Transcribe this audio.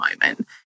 moment